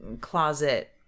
closet